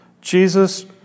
Jesus